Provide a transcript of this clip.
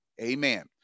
amen